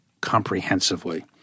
comprehensively